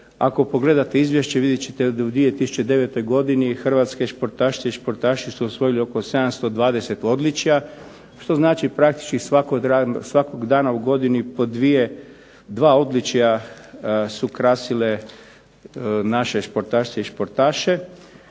Ako pogledate izvješće vidjet ćete da u 2009. hrvatske sportašice i sportaši su osvojili oko 720 odličja, što znači praktički svakog dana u godini po dva odličja su krasile naše športašice i športaše.